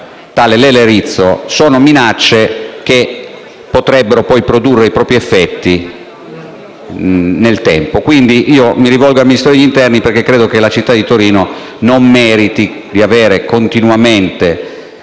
tale Lele Rizzo - potrebbero poi produrre i propri effetti nel tempo. Mi rivolgo - ripeto - al Ministro dell'interno perché credo che la città di Torino non meriti di avere continuamente